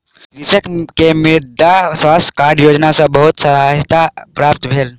कृषक के मृदा स्वास्थ्य कार्ड योजना सॅ बहुत सहायता प्राप्त भेल